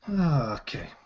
Okay